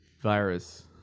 virus